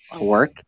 work